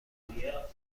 نمیرم